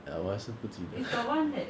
ya 我也是不记得